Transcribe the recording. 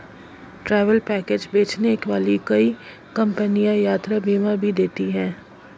travel package बेचने वाली कई कंपनियां यात्रा बीमा भी देती हैं